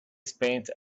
spent